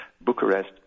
Bucharest